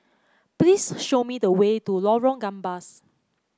please show me the way to Lorong Gambas